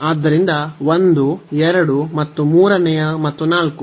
ಆದ್ದರಿಂದ 1 2 ಮತ್ತು ಮೂರನೆಯ ಮತ್ತು 4